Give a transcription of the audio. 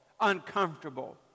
uncomfortable